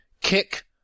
kick